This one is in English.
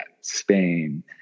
Spain